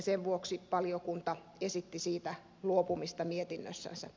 sen vuoksi valiokunta esitti siitä luopumista mietinnössänsä